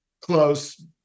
close